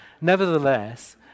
Nevertheless